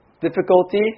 difficulty